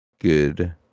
good